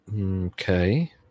Okay